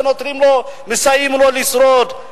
שמסייעים לו לשרוד,